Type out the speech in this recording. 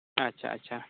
ᱟᱪᱪᱷᱟ ᱟᱪᱪᱷᱟ